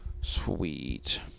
Sweet